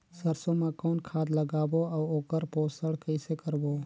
सरसो मा कौन खाद लगाबो अउ ओकर पोषण कइसे करबो?